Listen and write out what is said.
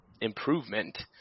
improvement